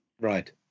Right